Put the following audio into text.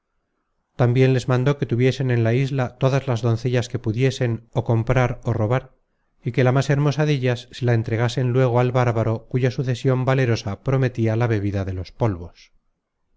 tambien les mandó que tuviesen en la isla todas las doncellas que pudiesen ó comprar ó robar y que la más hermosa dellas se la entregasen luego al bárbaro cuya sucesion valerosa prometia la bebida de los polvos